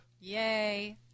Yay